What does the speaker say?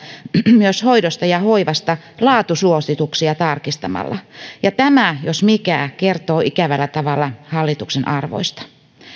myös hoidosta ja hoivasta laatusuosituksia tarkistamalla ja tämä jos mikä kertoo ikävällä tavalla hallituksen arvoista